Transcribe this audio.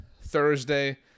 Thursday